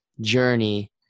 journey